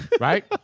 right